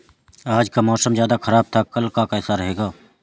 आज का मौसम ज्यादा ख़राब था कल का कैसा रहेगा?